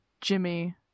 Jimmy